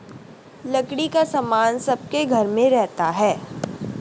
लकड़ी का सामान सबके घर में रहता है